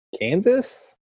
Kansas